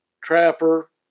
Trapper